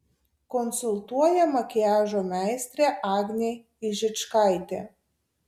konsultuoja makiažo meistrė agnė ižičkaitė